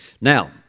Now